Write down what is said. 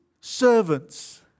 servants